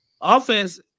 offense